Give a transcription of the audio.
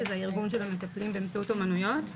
שזה הארגון של המטפלים באמצעות אומנויות.